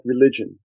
religion